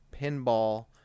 Pinball